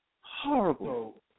Horrible